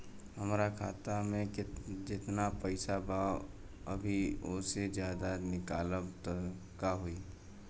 हमरा खाता मे जेतना पईसा बा अभीओसे ज्यादा निकालेम त का होई?